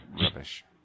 Rubbish